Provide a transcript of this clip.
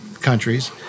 countries